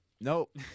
Nope